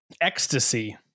ecstasy